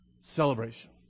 celebration